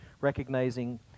recognizing